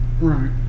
Right